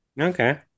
Okay